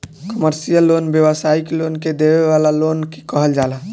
commercial loan व्यावसायिक लोग के देवे वाला लोन के कहल जाला